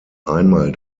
einmal